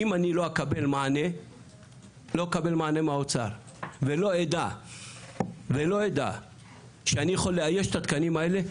אם אני לא אקבל מענה מהאוצר ולא אדע שאני יכול לאייש את התקנים האלה,